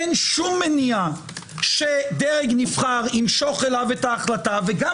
אין שום מניעה שדרג נבחר ימשוך אליו את ההחלטה וגם